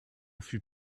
fut